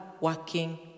working